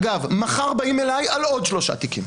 אגב, מחר באים אליי על עוד שלושה תיקים.